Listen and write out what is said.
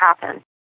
happen